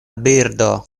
birdo